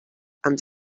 and